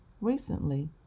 Recently